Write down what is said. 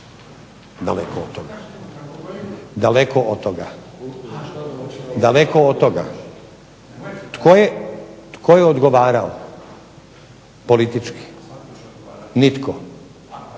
vlasništvu RH. Daleko od toga, daleko od toga. Tko je odgovarao politički? Nitko.